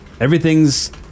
Everything's